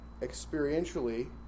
Experientially